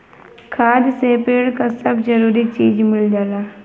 खाद से पेड़ क सब जरूरी चीज मिल जाला